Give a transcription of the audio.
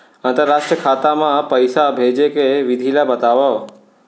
अंतरराष्ट्रीय खाता मा पइसा भेजे के विधि ला बतावव?